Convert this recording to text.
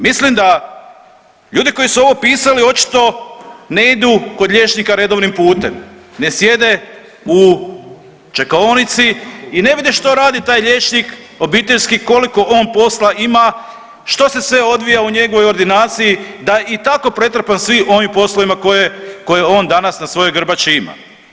Mislim da ljudi koji su ovo pisali očito ne idu kod liječnika redovnim putem, ne sjede u čekaonici i ne vide što radi taj liječnik obiteljski koliko on posla ima, što se sve odvija u njegovoj ordinaciji, da i tako pretrpan svim ovim poslovima koje on danas na svojoj grbači ima.